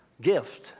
gift